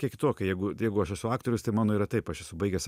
kiek kitokia jeigu jeigu aš esu aktorius tai mano yra taip aš esu baigęs